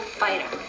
fighter